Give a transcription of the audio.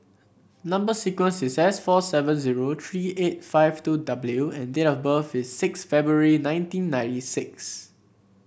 number sequence is S four seven zero three eight five two W and date of birth is six February nineteen ninety six